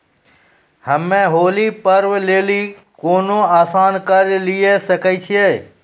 हम्मय होली पर्व लेली कोनो आसान कर्ज लिये सकय छियै?